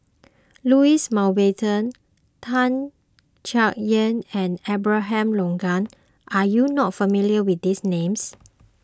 Louis Mountbatten Tan Chay Yan and Abraham Logan are you not familiar with these names